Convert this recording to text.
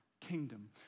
kingdom